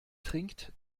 trinkt